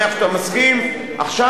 אני שמח שאתה מסכים על העיקרון הזה.